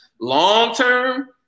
long-term